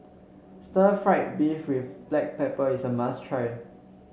stir fry beef with Black Pepper is a must try